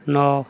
ନଅ